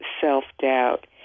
self-doubt